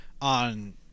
on